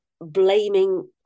blaming